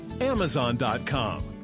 amazon.com